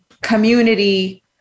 community